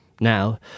Now